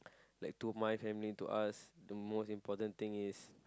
like to my family to us the most important thing is